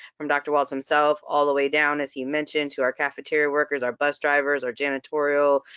from dr. walts himself all the way down as he mentioned to our cafeteria workers, our bus drivers, our janitorial,